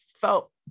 felt